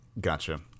Gotcha